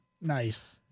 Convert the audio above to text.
Nice